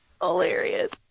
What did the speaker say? hilarious